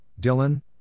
Dylan